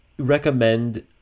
recommend